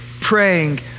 praying